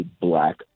black